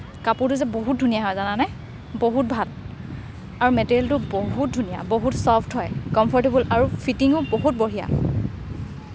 কাপোৰটো যে বহুত ধুনীয়া হয় জানানে বহুত ভাল আৰু মেটেৰিয়েলটো বহুত ধুনীয়া বহুত চফ্ট হয় কমফৰটেবল আৰু ফিটিঙো বহুতো বঢ়িয়া